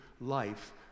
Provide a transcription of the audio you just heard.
life